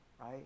right